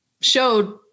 showed